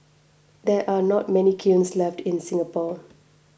there are not many kilns left in Singapore